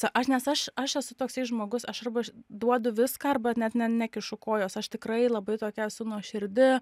aš nes aš aš esu toksai žmogus aš arba š duodu viską arba net ne nekišu kojos aš tikrai labai tokia esu nuoširdi